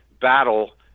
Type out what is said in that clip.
battle